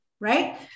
right